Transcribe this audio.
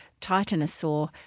titanosaur